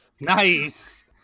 Nice